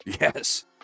Yes